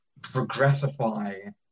progressify